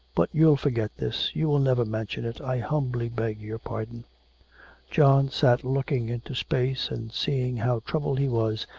but you'll forget this, you will never mention it. i humbly beg your pardon john sat looking into space, and, seeing how troubled he was,